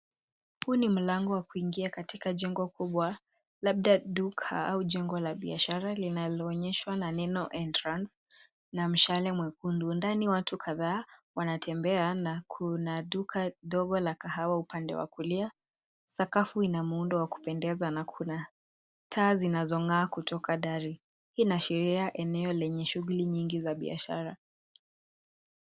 Huu ni mlango wa kuingia katika jengo kubwa labda duka au jengo la biashara linaloonyeshwa na neno entrance na mshale mwekundu. Ndani watu kadhaa wanatembea na kuna duka dogo la kahawa upande wa kulia. Sakafu ina muundo wa kupendeza na kuna taa zinazong'aa kutoka dari. Hii inaashiria eneo lenye shughuli nyingi za biashara.